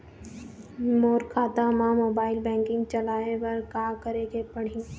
मोर खाता मा mobile banking चलाए बर का करेक पड़ही?